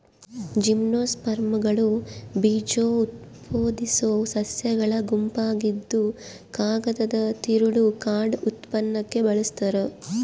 ಜಿಮ್ನೋಸ್ಪರ್ಮ್ಗಳು ಬೀಜಉತ್ಪಾದಿಸೋ ಸಸ್ಯಗಳ ಗುಂಪಾಗಿದ್ದುಕಾಗದದ ತಿರುಳು ಕಾರ್ಡ್ ಉತ್ಪನ್ನಕ್ಕೆ ಬಳಸ್ತಾರ